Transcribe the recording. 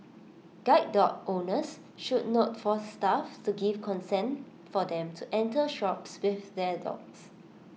guide dog owners should not force staff to give consent for them to enter shops with their dogs